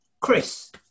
Chris